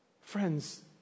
friends